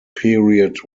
period